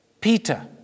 Peter